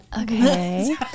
okay